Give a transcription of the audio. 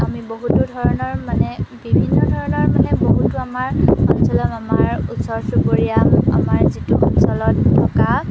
আমি বহুতো ধৰণৰ মানে বিভিন্ন ধৰণৰ মানে বহুতো আমাৰ অঞ্চলত আমাৰ ওচৰ চুবুৰীয়া আমাৰ যিটো অঞ্চলত থকা